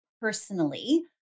personally